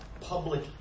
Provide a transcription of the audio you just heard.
public